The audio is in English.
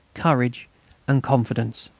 courage and confidence.